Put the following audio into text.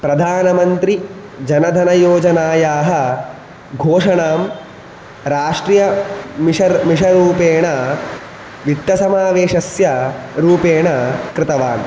प्रधानमन्त्रीजनधनयोजनायाः घोषणां राष्ट्रीयमिष मिषरूपेण वित्तसमावेषस्य रूपेण कृतवान्